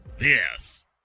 Yes